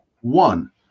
One